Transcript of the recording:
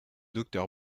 docteur